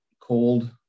cold